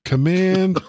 Command